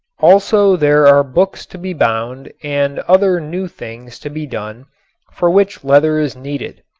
also there are books to be bound and other new things to be done for which leather is needed.